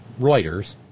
Reuters